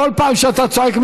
כל פעם שאתה צועק,